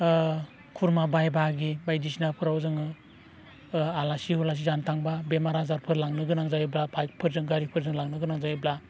खुरमा बाय बाहागि बायदिसिनाफोराव जोङो आलासि उलासि जानो थांबा बेमार आजारफोर लांनो गोनां जायोबा बाइकफोरजों गारिफोरजों लांनो गोनां जायोब्ला